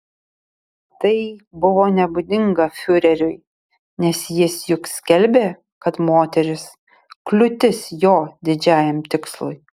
tai buvo nebūdinga fiureriui nes jis juk skelbė kad moterys kliūtis jo didžiajam tikslui